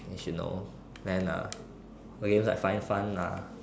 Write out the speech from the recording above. as you know then uh against like five fun lah